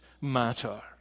matter